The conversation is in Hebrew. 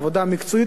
העבודה המקצועית,